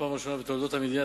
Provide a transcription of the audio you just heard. בפעם הראשונה בתולדות המדינה,